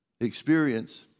experience